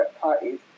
parties